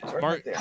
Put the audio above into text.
Mark